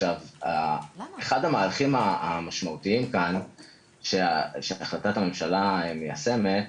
אחד המהלכים המשמעותיים כאן שהחלטת הממשלה מיישמת,